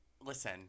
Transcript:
Listen